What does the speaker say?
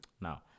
Now